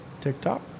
TikTok